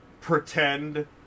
pretend